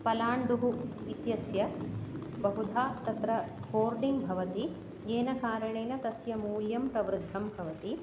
पलाण्डुः इत्यस्य बहुधा तत्र होर्डिङ् भवति येन कारणेन तस्य मूल्यं प्रवृद्धं भवति